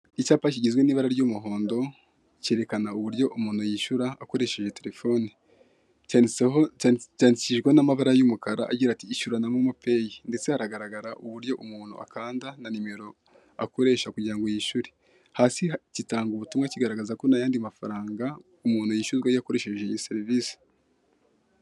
Icyapa kigizwe n'iabara ry'umuhondo cyerekana uburyo umuntu yishyura akoresheje terefone, cyatsitseho cyandikishijweho n'amabara y'umukara, agira ati:'' inshyura n amomo peyi. '' Ndetse haragaragara uburyo umuntu akanda ndetse na nimero ngo yishyure, hasi ha gitanga ubutumwa kigaragaza ko nt yandi mafaranga umuntu yishyura iyo akoresheje iyi serivise.